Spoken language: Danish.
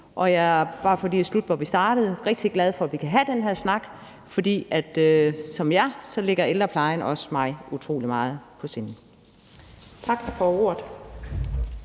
og jeg er – bare for lige at slutte, hvor vi startede – rigtig glad for, at vi kan have den her snak. For ligesom den gør for jer, ligger ældreplejen også mig utrolig meget på sinde. Tak for ordet.